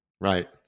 right